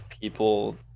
people